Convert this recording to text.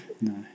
No